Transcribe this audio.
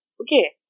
okay